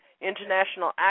international